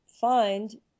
find